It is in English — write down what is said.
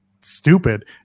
stupid